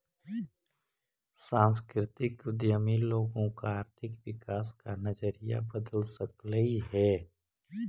सांस्कृतिक उद्यमी लोगों का आर्थिक विकास का नजरिया बदल सकलई हे